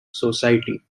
society